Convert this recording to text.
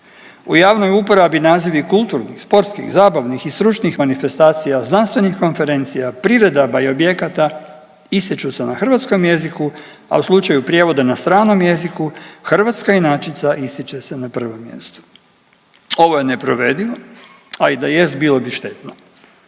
u javnoj uporabi nazivi kulturnih, sportskih, zabavnih i stručnih manifestacija, znanstvenih konferencija, priredaba i objekata ističu se na hrvatskom jeziku, a u slučaju prijevoda na stranom jeziku hrvatska inačica ističe se na prvom mjestu. Ovo je neprovedivo, a i da jest bilo bi štetno